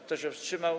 Kto się wstrzymał?